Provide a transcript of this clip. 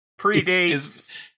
predates